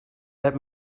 let